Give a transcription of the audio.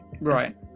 Right